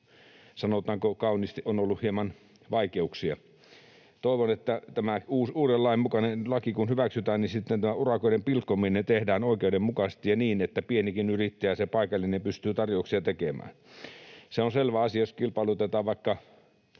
sanotaanko kauniisti, hieman vaikeuksia. Toivon, että kun tämä uuden lain mukainen laki hyväksytään, niin sitten tämä urakoiden pilkkominen tehdään oikeudenmukaisesti ja niin, että pienikin yrittäjä, se paikallinen, pystyy tarjouksia tekemään. Se on selvä asia, että jos kilpailutetaan vaikka